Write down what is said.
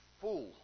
Full